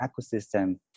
ecosystem